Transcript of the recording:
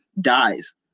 dies